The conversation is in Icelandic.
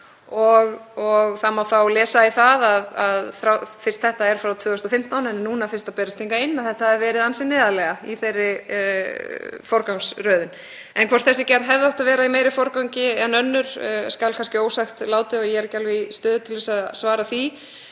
ár. Það má þá lesa í það að fyrst þetta er frá 2015 en er núna fyrst að berast hingað inn, þá hafi þetta verið ansi neðarlega í þeirri forgangsröðun. Hvort þessi gerð hefði átt að vera í meiri forgangi en önnur skal ósagt látið. Ég er ekki alveg í stöðu til að svara því.